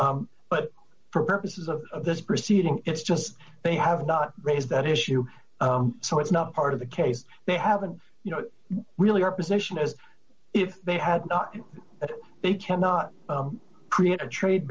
bell but for purposes of this proceeding it's just they have not raised that issue so it's not part of the case they haven't you know really our position as if they had a big cannot create a trade